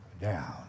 down